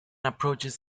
approaches